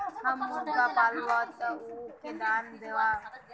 हम मुर्गा पालव तो उ के दाना देव?